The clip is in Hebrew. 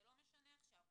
זה לא משנה עכשיו.